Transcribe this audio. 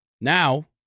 Now